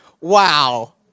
wow